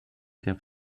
der